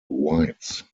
whites